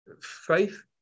faith